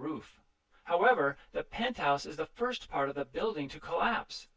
roof however the penthouse is the first part of the building to collapse